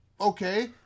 okay